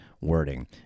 wording